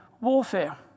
warfare